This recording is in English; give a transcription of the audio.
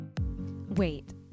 Wait